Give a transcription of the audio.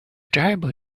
tribal